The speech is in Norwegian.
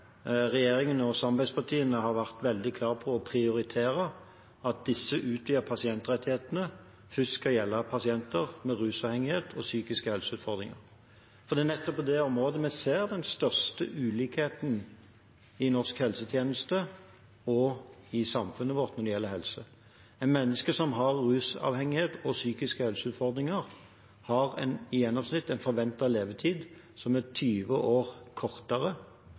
disse utvidede pasientrettighetene først skal gjelde pasienter med rusavhengighet og psykiske helseutfordringer, for det er nettopp på det området vi ser den største ulikheten i norsk helsetjeneste og i samfunnet vårt når det gjelder helse. Et menneske som er rusavhengig og har psykiske helseutfordringer, har i gjennomsnitt en forventet levetid som er 20 år kortere